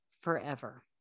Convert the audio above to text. forever